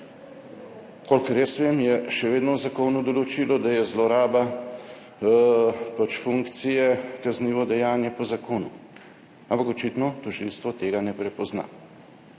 Kolikor jaz vem, je še vedno v zakonu določilo, da je zloraba funkcije kaznivo dejanje po zakonu. Ampak očitno tožilstvo tega ne prepozna.